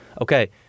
Okay